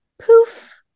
poof